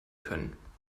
können